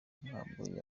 ntabwo